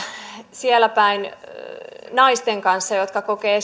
siellä päin esimerkiksi irlannissa naisten kanssa jotka kokevat